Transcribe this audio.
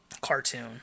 cartoon